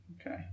Okay